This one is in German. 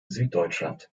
süddeutschland